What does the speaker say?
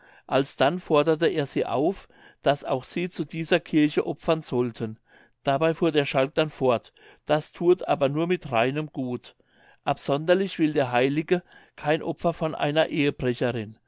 alsdann forderte er sie auf daß auch sie zu dieser kirche opfern sollten dabei fuhr der schalk dann fort das thuet aber nur mit reinem gut absonderlich will der heilige kein opfer von einer ehebrecherin